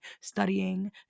studying